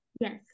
Yes